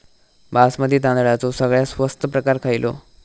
बासमती तांदळाचो सगळ्यात स्वस्त प्रकार खयलो?